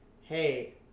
hey